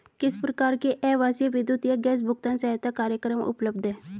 किस प्रकार के आवासीय विद्युत या गैस भुगतान सहायता कार्यक्रम उपलब्ध हैं?